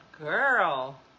Girl